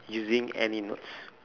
using any nouns